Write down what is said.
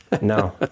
no